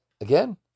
again